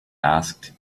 asked